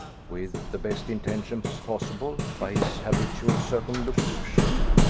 with the best intentions possible, by his habitual circumlocution.